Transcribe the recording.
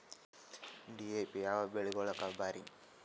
DAP ಯಾವ ಬೆಳಿಗೊಳಿಗ ಭಾರಿ?